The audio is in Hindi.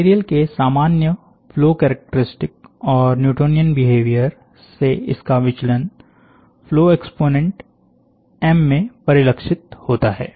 मटेरियल के सामान्य फ्लो कैरेक्टरिस्टिक्स और न्यूटोनियन बिहेवियर से इसका विचलन फ्लो एक्स्पोनेंट एम में परिलक्षित होता है